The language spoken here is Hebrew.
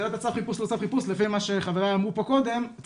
צו חיפוש לא כל כך מעניין.